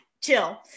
chill